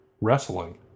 wrestling